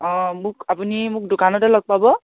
অঁ মোক আপুনি মোক দোকানতে লগ পাব